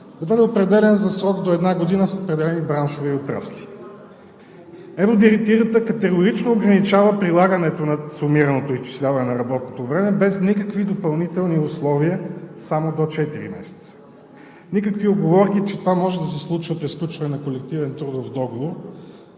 да бъде определян за срок до една година в определени браншове и отрасли. Евродирективата категорично ограничава прилагането на сумираното изчисляване на работното време без никакви допълнителни условия – само до четири месеца. Никакви уговорки, че това може да се случва при сключване на колективен трудов договор,